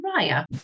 Raya